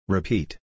Repeat